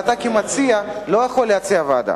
כמציע אתה לא יכול להציע ועדה.